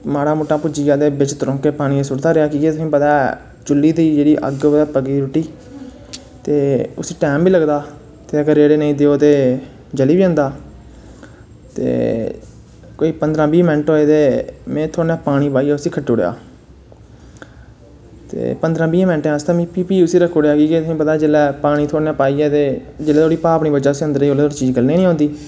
माड़ा मुट्टा भुज्जी गेआ पानी दे तरौंके सुटदा रेहा तुसेंगी पता ऐ चुल्ली दी अग्ग पर पकदी जेह्ड़ी रुट्टी ते उसी टाम बी लगदा त् अगर रेड़े नी देओ ते जली बी जंदा ते कोई कोई पंदरां मींट होए ते थोह्ड़ा पानी पाईयै उसी खट्टी ओड़ेआ पंदरां बाह् मैंट आस्तै में फ्ही रक्खी ओड़ेआ तुसेंगी पता ऐ जिसलै पानी थोह्ड़ा थोह्ड़ा भांव नी बज्जै ओह् चीज गलनें गी नी औंदी